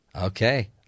Okay